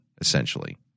essentially